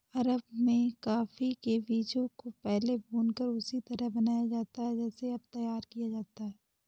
अरब में कॉफी के बीजों को पहले भूनकर उसी तरह से बनाया जाता था जैसे अब तैयार किया जाता है